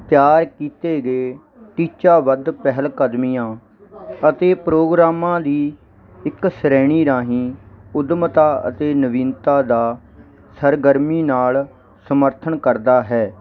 ਤਿਆਰ ਕੀਤੇ ਗਏ ਟੀਚਾ ਬੱਧ ਪਹਿਲਕਦਮੀਆਂ ਅਤੇ ਪ੍ਰੋਗਰਾਮਾਂ ਦੀ ਇੱਕ ਸ਼੍ਰੇਣੀ ਰਾਹੀਂ ਉੱਦਮਤਾ ਅਤੇ ਨਵੀਨਤਾ ਦਾ ਸਰਗਰਮੀ ਨਾਲ ਸਮਰਥਨ ਕਰਦਾ ਹੈ